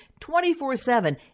24-7